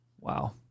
Wow